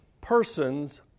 persons